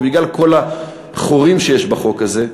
ובגלל כל החורים שיש בחוק הזה,